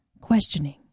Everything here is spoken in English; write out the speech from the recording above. questioning